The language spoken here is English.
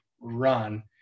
run